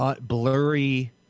blurry